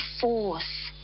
force